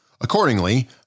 Accordingly